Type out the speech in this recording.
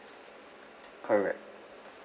correct